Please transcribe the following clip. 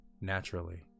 Naturally